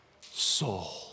soul